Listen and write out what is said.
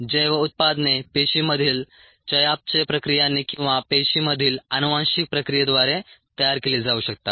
जैव उत्पादने पेशींमधील चयापचय प्रक्रियांनी किंवा पेशींमधील आनुवांशिक प्रक्रियेद्वारे तयार केली जाऊ शकतात